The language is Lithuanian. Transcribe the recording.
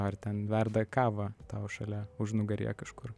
ar ten verda kavą tau šalia užnugaryje kažkur